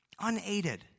unaided